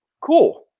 Cool